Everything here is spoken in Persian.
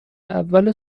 اول